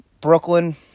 Brooklyn